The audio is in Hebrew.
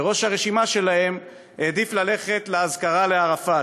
וראש הרשימה שלהם העדיף ללכת לאזכרה לערפאת,